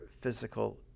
physical